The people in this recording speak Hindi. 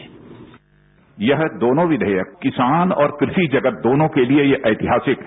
बाईट यह दोनों विधेयक किसान और कृषि जगत दोनों के लिए ये ऐतिहासिक है